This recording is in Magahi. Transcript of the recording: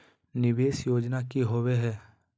निवेस योजना की होवे है?